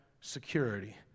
security